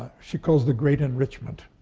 she calls the great enrichment.